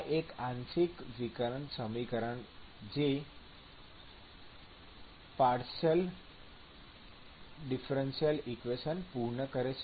આ એક આંશિક વિકલ સમીકરણ છે જે પીડીઇ પૂર્ણ કરે છે